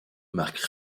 marque